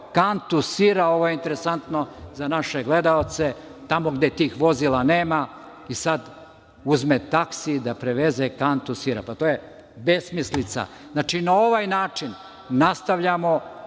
kantu sira, ovo je interesantno za naše gledaoce, tamo gde tih vozila nema, i sada uzme taksi da preveze kantu sira. To je besmislica. Na ovaj način nastavljamo.